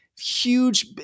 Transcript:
huge